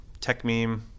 TechMeme